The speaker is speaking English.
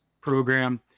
program